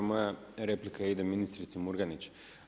Moja replika ide ministrici Murganić.